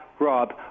Rob